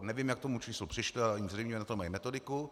Nevím, jak k tomu číslu přišli, ale zřejmě na to mají metodiku.